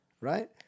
Right